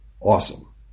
awesome